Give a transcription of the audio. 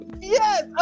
Yes